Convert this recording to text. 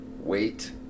wait